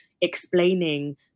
explaining